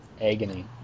agony